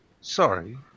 sorry